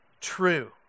true